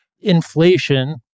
Inflation